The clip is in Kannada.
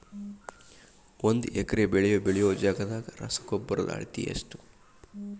ಒಂದ್ ಎಕರೆ ಬೆಳೆ ಬೆಳಿಯೋ ಜಗದಾಗ ರಸಗೊಬ್ಬರದ ಅಳತಿ ಎಷ್ಟು?